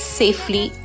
safely